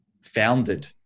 founded